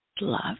love